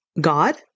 God